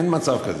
אין מצב כזה.